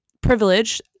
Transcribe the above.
privilege